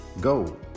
Go